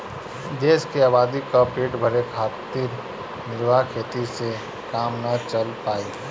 देश के आबादी क पेट भरे खातिर निर्वाह खेती से काम ना चल पाई